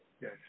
yes